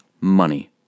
money